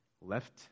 left